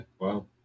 Wow